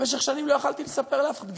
במשך שנים לא יכולתי לספר לאף אחד,